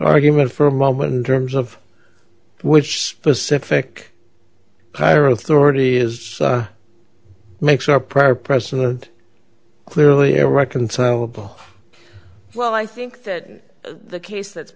argument for a moment in terms of which specific higher authority is makes our prior precedent clearly irreconcilable well i think that the case that's